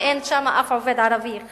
שאין שם אף עובד ערבי אחד,